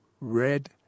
red